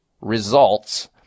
results